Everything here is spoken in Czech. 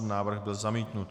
Návrh byl zamítnut.